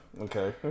Okay